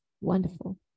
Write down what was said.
Wonderful